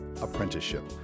apprenticeship